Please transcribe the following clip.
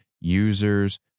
users